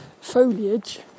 foliage